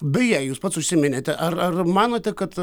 beje jūs pats užsiminėte ar ar manote kad